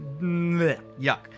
yuck